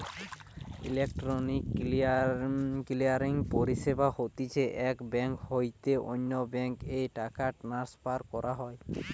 electronic clearing পরিষেবা হতিছে এক বেঙ্ক হইতে অন্য বেঙ্ক এ টাকা ট্রান্সফার করা